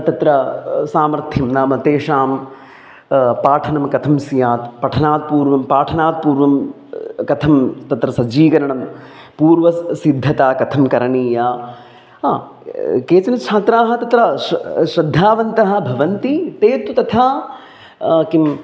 तत्र सामर्थ्यं नाम तेषां पाठनं कथं स्यात् पठनात् पूर्वं पाठनात् पूर्वं कथं तत्र सज्जीकरणं पूर्वस् सिद्धता कथं करणीया हा केचन छात्राः तत्र श्र श्रद्धावन्तः भवन्ति ते तु तथा किम्